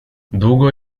długo